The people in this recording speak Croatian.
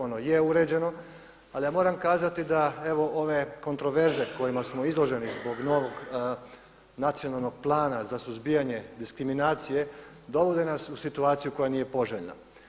Ono je uređeno, ali ja moram kazati da evo ove kontraverze kojima smo izloženi zbog novog Nacionalnog plana za suzbijanje diskriminacije dovode nas u situaciju koja nije poželjna.